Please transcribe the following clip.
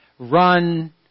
Run